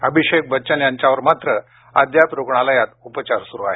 अभिषेक बच्चन यांच्यावर मात्र अद्याप रुग्णालयात उपचार सुरु आहेत